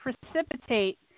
precipitate